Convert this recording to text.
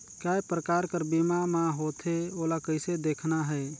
काय प्रकार कर बीमा मा होथे? ओला कइसे देखना है?